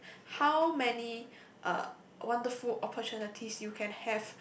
how many uh wonderful opportunities you can have